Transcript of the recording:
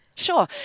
Sure